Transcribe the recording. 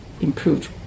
improved